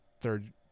third